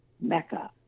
mecca